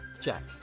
Jack